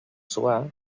suar